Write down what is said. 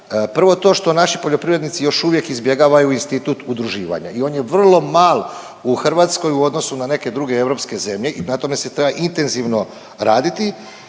Prvo je to što naši poljoprivrednici još uvijek izbjegavaju institut udruživanja i on je vrlo mal u Hrvatskoj u odnosu na neke druge europske zemlje i na tome se treba intenzivno raditi.